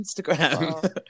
Instagram